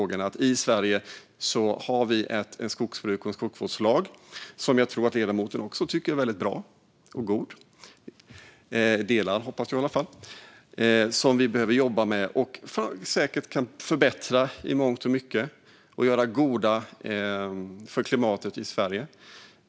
Den ena är att vi i Sverige har ett skogsbruk och en skogsvårdslag som jag tror att ledamoten också tycker är väldigt bra och god - delar av den i alla fall, hoppas jag - som vi behöver jobba med och säkert kan förbättra i mångt och mycket och därmed göra gott för klimatet i Sverige.